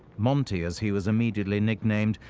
monty, as he was immediately nicknamed,